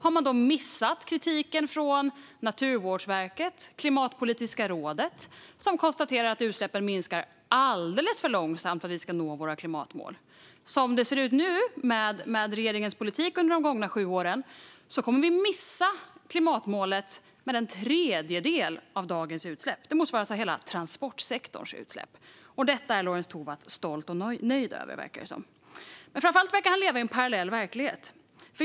Har man då missat kritiken från Naturvårdsverket och Klimatpolitiska rådet, som konstaterar att utsläppen minskar alldeles för långsamt för att vi ska nå våra klimatmål? Som det ser ut nu efter regeringens politik under de gångna sju åren kommer vi att missa klimatmålet om en tredjedel av dagens utsläpp. Det motsvarar hela transportsektorns utsläpp. Detta är Lorentz Tovatt stolt och nöjd över, verkar det som. Framför allt verkar han leva i en parallell verklighet.